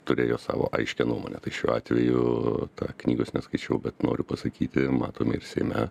turėjo savo aiškią nuomonę tai šiuo atveju ta knygos neskaičiau bet noriu pasakyti matome ir seime